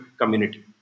community